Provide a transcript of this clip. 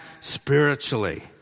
spiritually